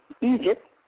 Egypt